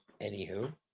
Anywho